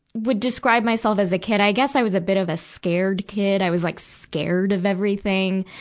would describe myself as a kid. i guess i was a bit of a scared kid. i was, like, scared of everything.